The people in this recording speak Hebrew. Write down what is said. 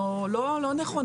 לא נכונה,